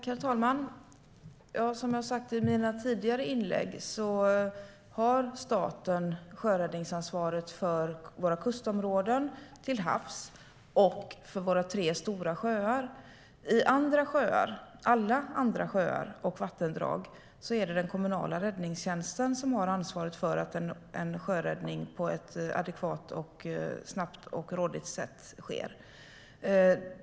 Herr talman! Som jag har sagt i mina tidigare inlägg har staten sjöräddningsansvaret för våra kustområden till havs och för våra tre stora sjöar. I alla andra sjöar och vattendrag är det den kommunala räddningstjänsten som har ansvaret för att sjöräddning sker på ett adekvat, snabbt och rådigt sätt.